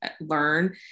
learn